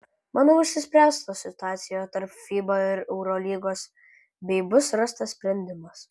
manau išsispręs ta situacija tarp fiba ir eurolygos bei bus rastas sprendimas